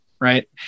right